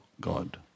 God